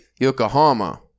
Yokohama